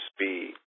speed